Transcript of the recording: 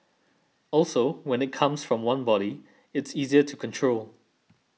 also when it comes from one body it's easier to control